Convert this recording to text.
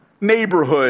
neighborhood